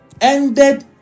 ended